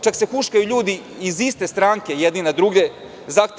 Čak se huškaju ljudi iz iste stranke jedni na druge.